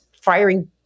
firing